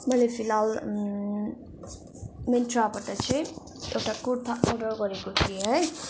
मैले फिलहाल मिन्त्राबाट चाहिँ एउटा कुर्ता अडर गरेको थिएँ है